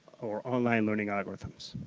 or online learning algorithms.